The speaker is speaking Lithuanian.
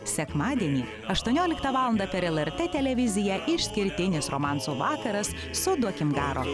sekmadienį aštuonioliktą valandą per lrt televiziją išskirtinis romansų vakaras su duokim garo